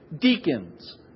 deacons